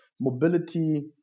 Mobility